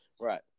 Right